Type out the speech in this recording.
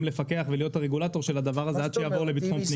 לפקח ולהיות הרגולטור של הדבר הזה עד שיעבור למשרד לביטחון פנים.